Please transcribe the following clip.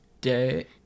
day